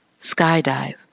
Skydive